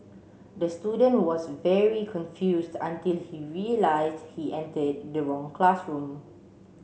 the student was very confused until he realised he entered the wrong classroom